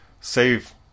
save